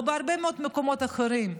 או בהרבה מאוד מקומות אחרים,